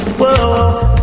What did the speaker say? whoa